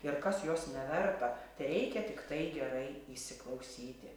ir kas jos neverta teikia tiktai gerai įsiklausyti